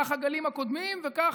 כך הגלים הקודמים וכך,